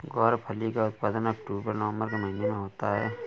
ग्वारफली का उत्पादन अक्टूबर नवंबर के महीने में होता है